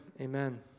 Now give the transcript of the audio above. Amen